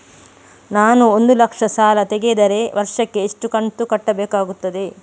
ನಾನು ಒಂದು ಲಕ್ಷ ಸಾಲ ತೆಗೆದರೆ ವರ್ಷಕ್ಕೆ ಎಷ್ಟು ಕಂತು ಕಟ್ಟಬೇಕಾಗುತ್ತದೆ?